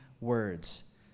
words